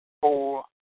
four